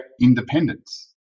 independence